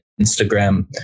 Instagram